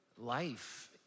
life